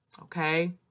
okay